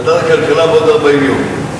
ועדת הכלכלה, בעוד 40 יום.